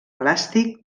elàstic